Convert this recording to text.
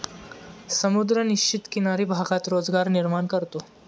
समुद्र निश्चित किनारी भागात रोजगार निर्माण करतो